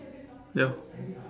ya